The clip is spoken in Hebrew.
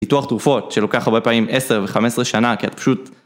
פיתוח תרופות שלוקח הרבה פעמים 10 ו-15 שנה, כי את פשוט...